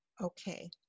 Okay